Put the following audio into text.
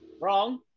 Wrong